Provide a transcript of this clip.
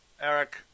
Eric